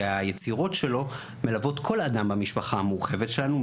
שהיצירות שלו מלוות כל אדם במשפחה המורחבת שלנו,